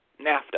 NAFTA